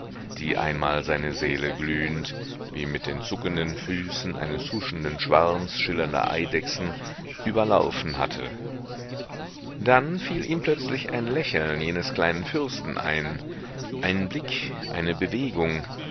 die einmal seine seele glühend wie mit den zuckenden füßen eines huschenden schwarms schillernder eidechsen überlaufen hatte dann fiel ihm plötzlich ein lächeln jenes kleinen fürsten ein ein blick eine bewegung